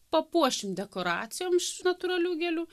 papuošim dekoracijom iš natūralių gėlių